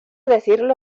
decidirlo